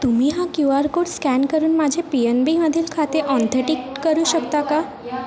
तुम्ही हा Q R code scan करून माझे पी एन बीमधील खाते आँथेटिक करू शकता का